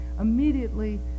immediately